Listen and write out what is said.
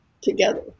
together